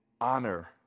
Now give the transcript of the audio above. honor